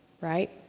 right